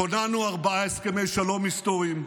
כוננו ארבעה הסכמי שלום היסטוריים,